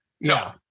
No